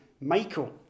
Michael